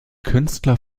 künstler